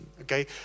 Okay